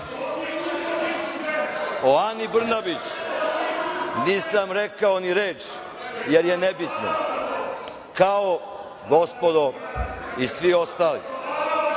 Ani Brnabić nisam rekao ni reč, jer je nebitna kao, gospodo, i svi ostali.